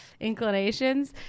inclinations